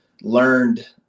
learned